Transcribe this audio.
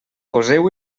poseu